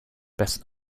best